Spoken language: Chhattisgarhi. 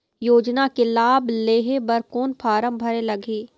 योजना के लाभ लेहे बर कोन फार्म भरे लगही?